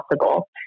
possible